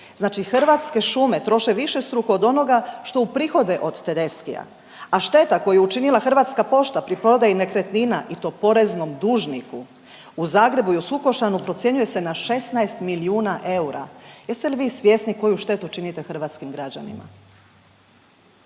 Znači Hrvatske šume troše višestruko od onoga što uprihode od Tedeschija, a šteta koju je učinila Hrvatska pošta pri prodaji nekretnina i to poreznom dužniku u Zagrebu i u Sukošanu procjenjuje se na 16 milijuna eura. Jeste li vi svjesni koju štetu činite hrvatskim građanima.